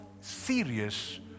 serious